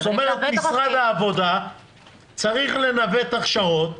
משרד העבודה צריך לנווט הכשרות.